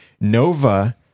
Nova